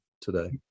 today